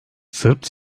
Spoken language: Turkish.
sırp